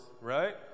right